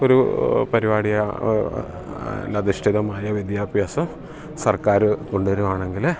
ഒരു പരിപാടിയിൽ അധിഷ്ഠിതമായ വിദ്യാഭ്യാസം സർക്കാര് കൊണ്ടുവരികയാണെങ്കിൽ